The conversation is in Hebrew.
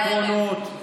העקרונות,